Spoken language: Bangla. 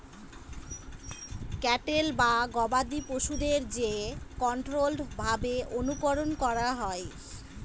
ক্যাটেল বা গবাদি পশুদের যে কন্ট্রোল্ড ভাবে অনুকরন করা হয়